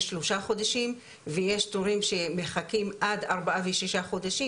יש שלושה חודשים ויש תורים שמחכים עד ארבעה ושישה חודשים,